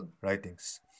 writings